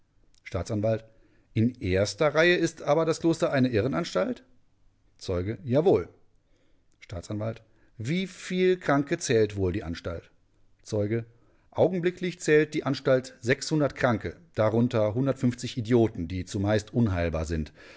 staatsanw in erster reihe ist aber das kloster eine irrenanstalt zeuge jawohl staatsanw wieviel kranke zählt wohl die anstalt zeuge augenblicklich zählt die anstalt kranke darunter idioten die zumeist unheilbar sind